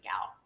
out